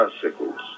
tricycles